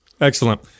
Excellent